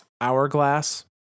hourglass